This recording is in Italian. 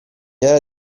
era